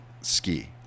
ski